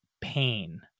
pain